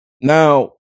Now